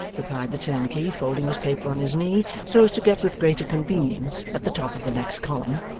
replied the turnkey, folding his paper on his knee, so as to get with greater convenience at the top of the next column.